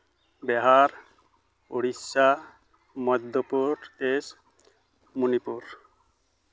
Bihar Odisha Madhya Pradesh Manipur